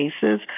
cases